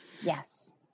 Yes